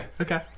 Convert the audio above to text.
Okay